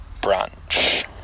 branch